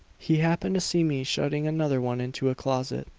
he happened to see me shutting another one into a closet,